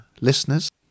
listeners